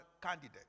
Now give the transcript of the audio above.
candidate